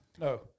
No